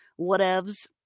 whatevs